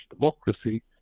democracy